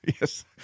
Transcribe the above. yes